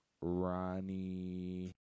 Ronnie